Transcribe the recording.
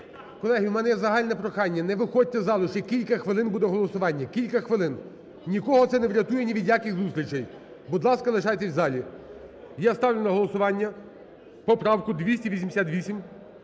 Колеги, у мене є загальне прохання, не виходьте з залу, ще кілька хвилин і буде голосування, кілька хвилин, нікого це не врятує ні від яких зустрічей. Будь ласка, лишайтесь в залі. Я ставлю на голосування поправку 288